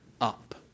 up